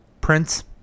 Prince